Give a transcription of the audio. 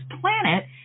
planet